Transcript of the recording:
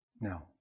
No